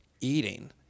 eating